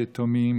יתומים,